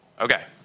Okay